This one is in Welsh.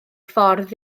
ffordd